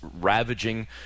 ravaging